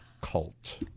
cult